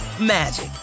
magic